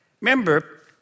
Remember